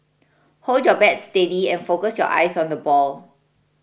hold your bat steady and focus your eyes on the ball